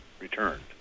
returned